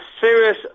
serious